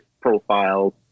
profiles